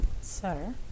Sir